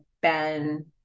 Ben